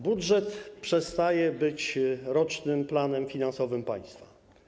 Budżet przestaje być rocznym planem finansowym państwa.